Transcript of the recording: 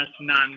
none